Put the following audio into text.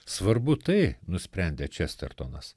svarbu tai nusprendė čestertonas